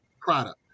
product